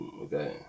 okay